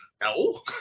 No